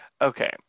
Okay